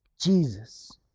Jesus